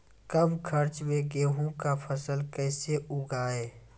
कम खर्च मे गेहूँ का फसल कैसे उगाएं?